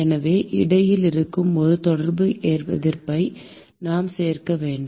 எனவே இடையில் இருக்கும் ஒரு தொடர்பு எதிர்ப்பை நாம் சேர்க்க வேண்டும்